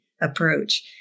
approach